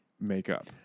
makeup